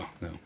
no